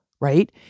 right